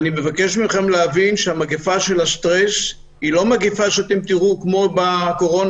אני מבקש מכם להבין שהמגפה של הסטרס היא לא מגפה שתראו כמו בקורונה,